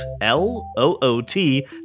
L-O-O-T